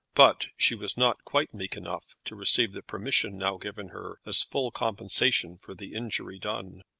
but she was not quite meek enough to receive the permission now given her as full compensation for the injury done.